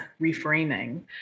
reframing